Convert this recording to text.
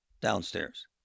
downstairs